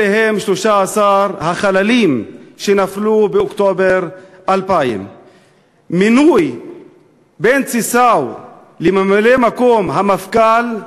אלה הם 13 החללים שנפלו באוקטובר 2000. מינוי בנצי סאו לממלא-מקום המפכ"ל,